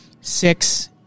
six